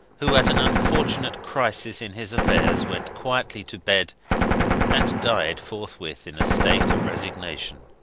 who at an unfortunate crisis in his affairs went quietly to bed and died forthwith in a state of resignation.